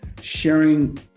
sharing